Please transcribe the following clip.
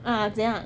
ah 怎样